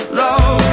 love